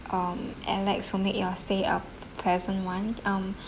um alex who make your stay a p~ pleasant one um